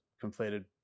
completed